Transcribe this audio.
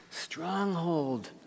stronghold